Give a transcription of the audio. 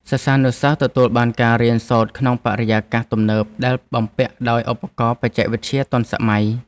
សិស្សានុសិស្សទទួលបានការរៀនសូត្រក្នុងបរិយាកាសទំនើបដែលបំពាក់ដោយឧបករណ៍បច្ចេកវិទ្យាទាន់សម័យ។